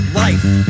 life